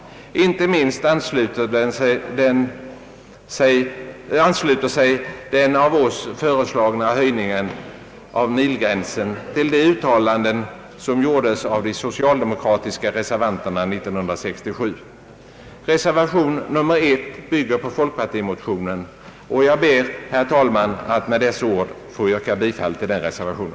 Inte minst ansluter sig den av oss föreslagna höjningen av milgränsen till de uttalanden som gjordes av de socialdemokratiska reservanterna 1967. Reservation 1 bygger på folkpartimotionen, och jag ber, herr talman, att med det anförda få yrka bifall till denna reservation.